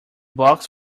box